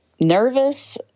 nervous